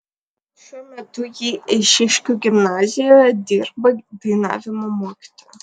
šiuo metu ji eišiškių gimnazijoje dirba dainavimo mokytoja